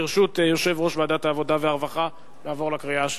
ברשות יושב-ראש ועדת העבודה והרווחה נעבור לקריאה השלישית.